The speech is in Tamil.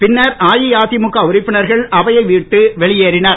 பின்னர் அஇஅதிமுக உறுப்பினர்கள் அவையை விட்டு வெளியேறினர்